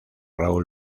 raúl